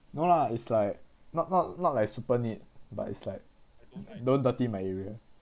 no lah is like not not not like super neat but it's like don't dirty my area